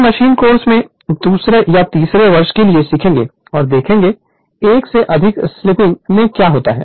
हम machine course में दूसरे या तीसरे वर्ष के लिए सीखेंगे और देखेंगे एक से अधिक स्लीपिंग में क्या होता है